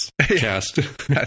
cast